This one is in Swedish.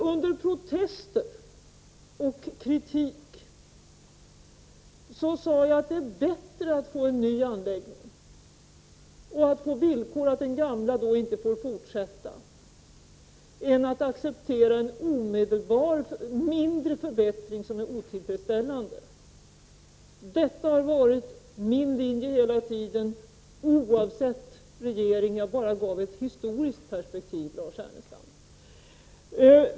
Under protester och kritik sade jag att det är bättre att få en ny anläggning på villkor att man inte fortsätter att använda den gamla än att acceptera en omedelbar mindre förbättring som är otillfredsställande. Detta har hela tiden varit min linje, oavsett vilken regering Norge haft. Jag bara gav ett historiskt perspektiv här, Lars Ernestam.